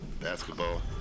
Basketball